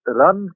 run